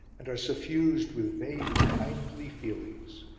and are suffused with vague, kindly feelings.